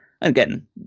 Again